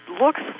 looks